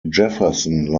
jefferson